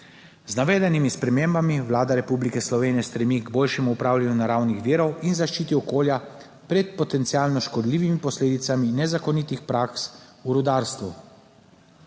Z navedenimi spremembami Vlada Republike Slovenije stremi k boljšemu upravljanju naravnih virov in zaščiti okolja pred potencialno škodljivimi posledicami nezakonitih praks v rudarstvu.